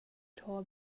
told